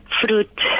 fruit